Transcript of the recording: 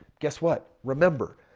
guess what? remember,